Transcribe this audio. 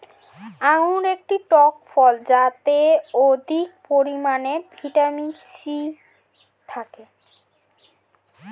আঙুর একটি টক ফল যাতে অধিক পরিমাণে ভিটামিন সি থাকে